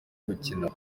gukina